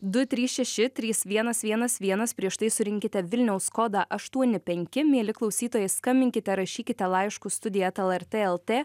du trys šeši trys vienas vienas vienas prieš tai surinkite vilniaus kodą aštuoni penki mieli klausytojai skambinkite rašykite laiškus studija eta lrt lt